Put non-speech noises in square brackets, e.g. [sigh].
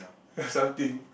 [noise] something